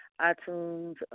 iTunes